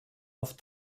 auf